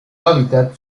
hábitat